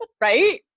Right